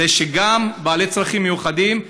וזה שבעלי צרכים מיוחדים,